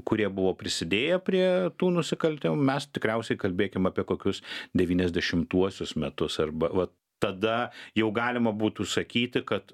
kurie buvo prisidėję prie tų nusikaltimų mes tikriausiai kalbėkim apie kokius devyniasdešimtuosius metus arba vat tada jau galima būtų sakyti kad